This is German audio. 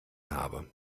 habe